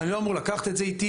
אני לא אמור לקחת את זה איתי,